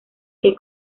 que